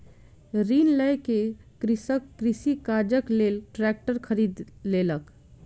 ऋण लय के कृषक कृषि काजक लेल ट्रेक्टर खरीद लेलक